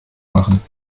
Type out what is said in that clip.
machen